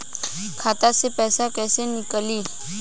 खाता से पैसा कैसे नीकली?